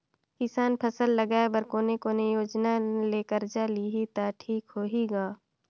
किसान फसल लगाय बर कोने कोने योजना ले कर्जा लिही त ठीक होही ग?